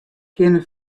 kinne